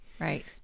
Right